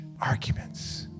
arguments